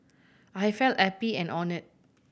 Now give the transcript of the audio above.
I felt happy and honoured